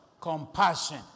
Compassion